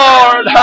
Lord